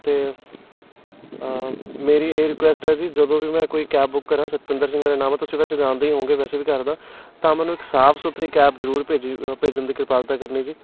ਅਤੇ ਮੇਰੀ ਇਹ ਰਿਕੁਐਸਟ ਹੈ ਜੀ ਜਦੋਂ ਵੀ ਮੈਂ ਕੋਈ ਕੈਬ ਬੁੱਕ ਕਰਾਂ ਸਤਪਿੰਦਰ ਸਿੰਘ ਮੇਰਾ ਨਾਮ ਆ ਤੁਸੀਂ ਵੈਸੇ ਜਾਣਦੇ ਹੀ ਹੋਊਗੇ ਵੈਸੇ ਵੀ ਕਰਦਾ ਤਾਂ ਮੈਨੂੰ ਇੱਕ ਸਾਫ਼ ਸੁਥਰੀ ਕੈਬ ਜ਼ਰੂਰ ਭੇਜੀ ਭੇਜਣ ਦੀ ਕਿਰਪਾਲਤਾ ਕਰਨੀ ਜੀ